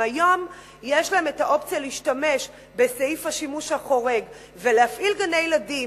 אם היום יש להם האופציה להשתמש בסעיף השימוש החורג ולהפעיל גני-ילדים,